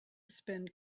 spend